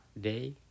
Day